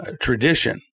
tradition